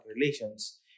Relations